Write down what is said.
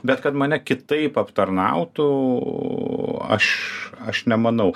bet kad mane kitaip aptarnautų aš aš nemanau